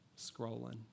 scrolling